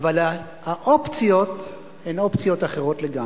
אבל האופציות הן אופציות אחרות לגמרי.